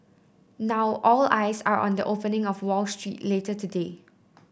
now all eyes are on the opening on Wall Street later today